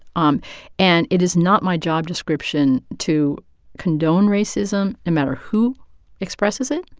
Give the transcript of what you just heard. um and it is not my job description to condone racism, no matter who expresses it.